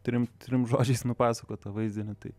trim trim žodžiais nupasakot tą vaizdinį taip